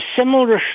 similar